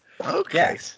Okay